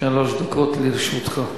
שלוש דקות לרשותך.